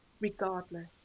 regardless